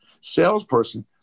salesperson